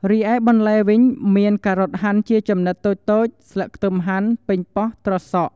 រីឯបន្លែវិញមាន ការ៉ុតហាន់ជាចំណិតតូចៗ ស្លឹកខ្ទឹមហាន់ ប៉េងប៉ោះ ត្រសក់។